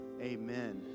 amen